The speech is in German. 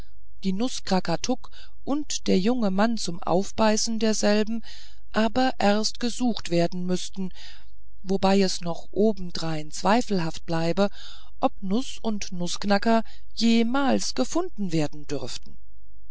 die nuß krakatuk und der junge mann zum aufbeißen derselben aber erst gesucht werden müßten wobei es noch obenein zweifelhaft bliebe ob nuß und nußknacker jemals gefunden werden dürften